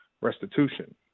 restitution